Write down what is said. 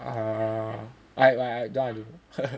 uh like like like that one I don't know